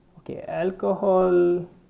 okay alcohol